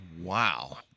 Wow